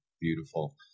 beautiful